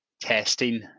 testing